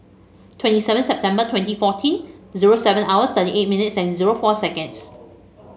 twenty seven September twenty fourteen zero seven hours thirty eight minutes and zero four seconds